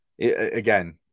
again